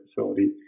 facility